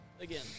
again